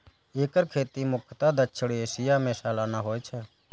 एकर खेती मुख्यतः दक्षिण एशिया मे सालाना होइ छै